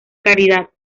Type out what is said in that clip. caridad